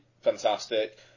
fantastic